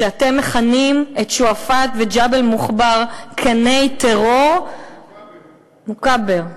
כשאתם מכנים את שועפאט וג'בל-מוכְבר "קני טרור" מוכָּבר.